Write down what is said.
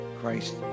christ